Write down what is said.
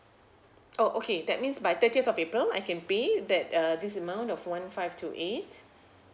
oh okay that means by thirtieth of april I can pay that uh this amount of one five two eight